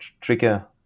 trigger